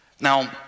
Now